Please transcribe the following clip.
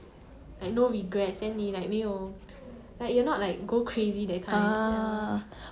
ah